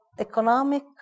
economic